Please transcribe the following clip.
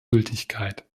gültigkeit